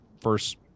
first